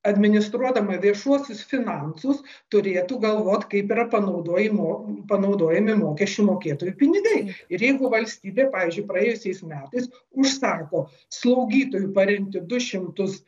administruodama viešuosius finansus turėtų galvot kaip yra panaudojimo panaudojami mokesčių mokėtojų pinigai ir jeigu valstybė pavyzdžiui praėjusiais metais užsako slaugytojų parengti du šimtus